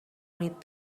read